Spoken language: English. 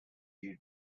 you